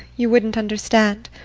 you wouldn't understand.